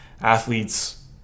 athletes